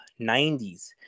90s